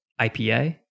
ipa